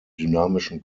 dynamischen